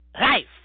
life